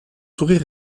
sourire